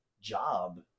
job